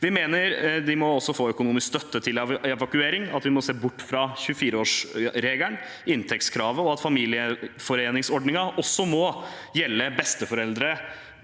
Vi mener de også må få økonomisk støtte til evakuering, at vi må se bort fra 24-årsregelen, inntektskravet, og at familiegjenforeningsordningen også må gjelde besteforeld re,